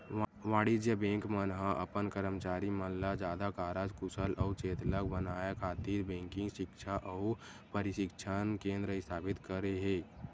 वाणिज्य बेंक मन ह अपन करमचारी मन ल जादा कारज कुसल अउ चेतलग बनाए खातिर बेंकिग सिक्छा अउ परसिक्छन केंद्र इस्थापित करे हे